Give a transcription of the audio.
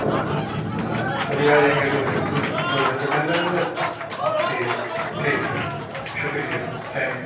okay تو ابھی آ جائیں گے دو گھنٹے میں دو گھنٹوں کے اندر اندر ٹھیک ٹھیک سر شکریہ ت تھینکس